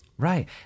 Right